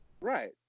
Right